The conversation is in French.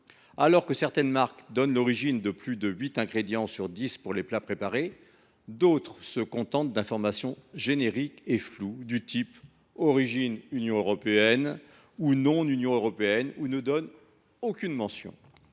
Alors que certaines marques donnent l’origine de plus de huit ingrédients sur dix pour les plats préparés, d’autres se contentent d’informations génériques et floues du type « origine Union européenne » ou « origine non Union européenne », ou bien ne donnent aucune mention.